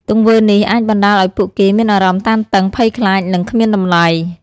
ទង្វើនេះ អាចបណ្តាលឲ្យពួកគេមានអារម្មណ៍តានតឹង ភ័យខ្លាច និងគ្មានតម្លៃ។